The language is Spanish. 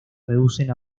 reducen